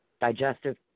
digestive